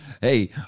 Hey